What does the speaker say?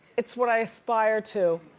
it's what i aspire to.